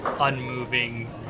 unmoving